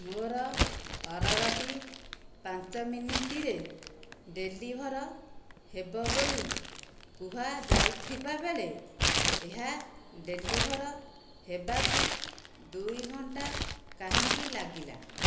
ମୋର ଅର୍ଡ଼ର୍ଟି ପାଞ୍ଚ ମିନିଟ୍ରେ ଡେଲିଭର୍ ହେବ ବୋଲି କୁହାଯାଇଥିବା ବେଳେ ଏହା ଡେଲିଭର୍ ହେବାକୁ ଦୁଇ ଘଣ୍ଟା କାହିଁକି ଲାଗିଲା